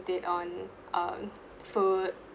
it on um food